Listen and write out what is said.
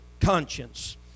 conscience